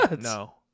no